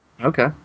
okay